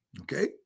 Okay